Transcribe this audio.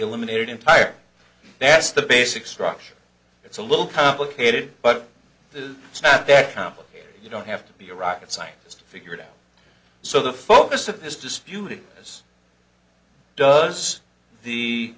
eliminated entirely best the basic structure it's a little complicated but it's not that complicated you don't have to be a rocket scientist to figure it out so the focus of this dispute as does the